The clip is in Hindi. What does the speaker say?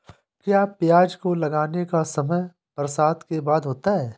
क्या प्याज को लगाने का समय बरसात के बाद होता है?